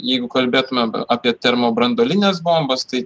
jeigu kalbėtumėm apie termobranduolines bombas tai